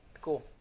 Cool